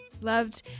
loved